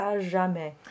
jamais